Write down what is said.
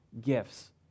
gifts